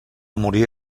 morir